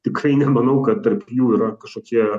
tikrai nemanau kad tarp jų yra kažkokie